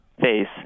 face